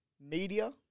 Media